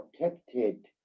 protected